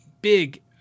Big